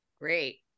great